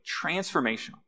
Transformational